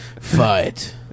Fight